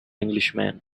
englishman